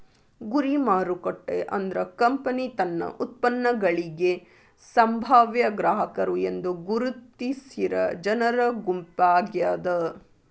ಗುರಿ ಮಾರುಕಟ್ಟೆ ಅಂದ್ರ ಕಂಪನಿ ತನ್ನ ಉತ್ಪನ್ನಗಳಿಗಿ ಸಂಭಾವ್ಯ ಗ್ರಾಹಕರು ಎಂದು ಗುರುತಿಸಿರ ಜನರ ಗುಂಪಾಗ್ಯಾದ